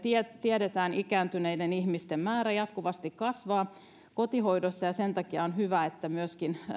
tiedetään ikääntyneiden ihmisten määrä jatkuvasti kasvaa kotihoidossa ja sen takia on hyvä että myöskin